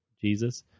Jesus